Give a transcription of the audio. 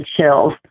chills